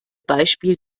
beispiel